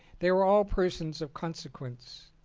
they were all persons of con sequence.